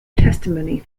testimony